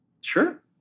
Sure